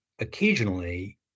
occasionally